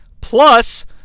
plus